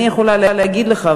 אני יכולה להגיד לך,